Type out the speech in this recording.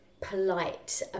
polite